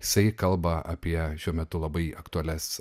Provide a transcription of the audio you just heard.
jisai kalba apie šiuo metu labai aktualias